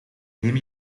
neem